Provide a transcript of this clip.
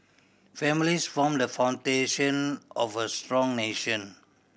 families form the foundation of a strong nation